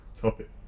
topic